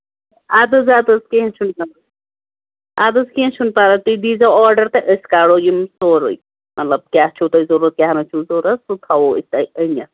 اَدٕ حظ اَدٕ حظ کیٚنٛہہ چھُنہٕ پَرواے اَدٕ حظ کیٚنٛہہ چھُنہٕ پَرواے تُہۍ دییٖزیٚو آردڑ تہٕ أسۍ کرو یِم سورُے مطلب کیٛاہ چھُو تۄہہِ ضروٗرت کیٛاہ نہٕ چھُو ضروٗرت سُہ تھاوَو أسۍ اتہِ أنِتھ